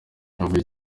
yavuye